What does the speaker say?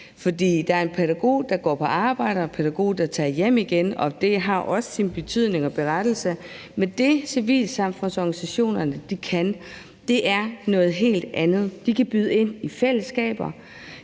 ud. For en pædagog går på arbejde og tager hjem igen, og det har jo også en betydning og sin berettigelse, men det, civilsamfundsorganisationerne kan, er noget helt andet. De kan byde ind i fællesskaber.